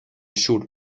sur